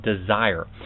desire